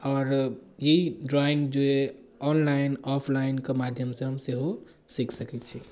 आओर ई ड्राइङ्ग जे ऑनलाइन ऑफलाइनके माध्यमसँ हम सेहो ओ सीखि सकै छै